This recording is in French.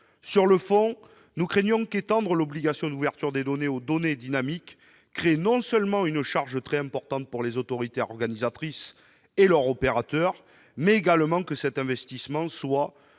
Sur le fond, nous craignons non seulement qu'étendre l'obligation d'ouverture des données aux données dynamiques ne crée une charge très importante pour les autorités organisatrices et leur opérateur, mais également que cet investissement soit,